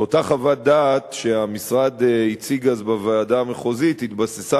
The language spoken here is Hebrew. ואותה חוות דעת שהמשרד הציג אז בוועדה המחוזית התבססה